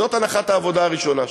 זאת הנחת העבודה הראשונה שלי.